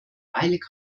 eilig